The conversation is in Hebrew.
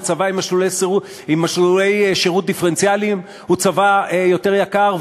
וצבא עם מסלולי שירות דיפרנציאליים הוא צבא יותר יקר,